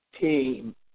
team